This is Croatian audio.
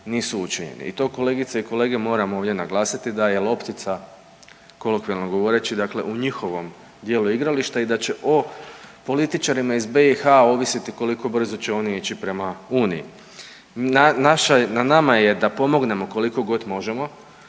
i to kolegice i kolege moramo ovdje naglasiti da je loptica, kolokvijalno govoreći, dakle u njihovom dijelu igrališta i da će o političarima iz BiH ovisiti koliko brzo će oni ići prema Uniji. Na nama je da pomognemo kolikogod možemo,